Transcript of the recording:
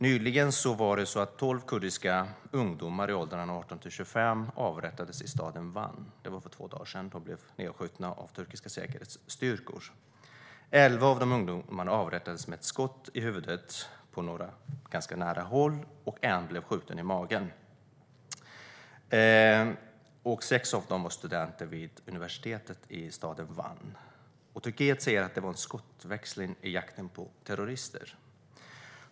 Nyligen avrättades tolv kurdiska ungdomar i åldrarna 18-25 i staden Van. De blev nedskjutna av turkiska säkerhetsstyrkor för två dagar sedan. Elva av ungdomarna avrättades med ett skott i huvudet, på ganska nära håll, och en blev skjuten i magen. Sex av dem var studenter vid universitetet i Van. Turkiet säger att det var en skottväxling i jakten på terrorister.